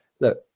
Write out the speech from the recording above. look